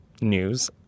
news